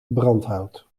brandhout